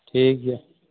ᱴᱷᱤᱠᱜᱮᱭᱟ